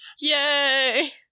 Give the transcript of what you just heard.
Yay